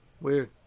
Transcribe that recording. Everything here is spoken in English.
Weird